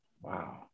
Wow